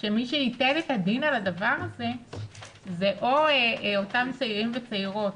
שמי שייתן את הדין על הדבר הזה זה או אותם צעירים וצעירות